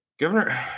Governor